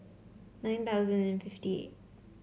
nine thousand and fifty eight